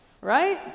right